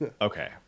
Okay